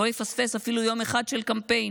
לא יפספס חלילה אפילו יום אחד של קמפיין.